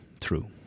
True